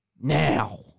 now